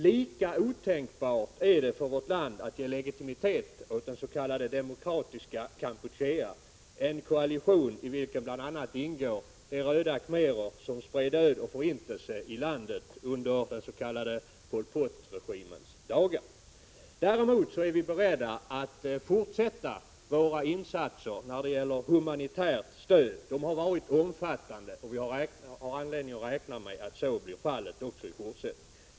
Lika otänkbart är det för vårt land att ge legitimitet åt det s.k. Demokratiska Kampuchea — en koalition i vilken bl.a. ingår de röda khmerer som spred död och förintelse i landet under den s.k. Pol Pot-regimens dagar. Däremot är vi beredda att fortsätta Sveriges insatser när det gäller humanitärt stöd. Insatserna har varit omfattande, och vi har anledning att räkna med att så blir fallet även i fortsättningen.